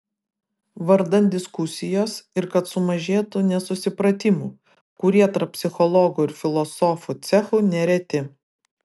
vardan diskusijos ir kad sumažėtų nesusipratimų kurie tarp psichologų ir filosofų cechų nereti